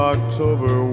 October